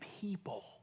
people